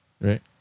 Right